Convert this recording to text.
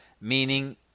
meaning